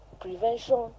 prevention